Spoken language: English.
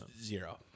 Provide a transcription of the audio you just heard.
zero